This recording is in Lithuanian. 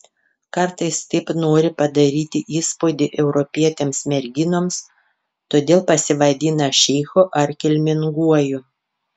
kartais taip nori padaryti įspūdį europietėms merginoms todėl pasivadina šeichu ar kilminguoju